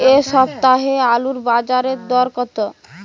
এ সপ্তাহে আলুর বাজারে দর কত?